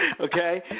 Okay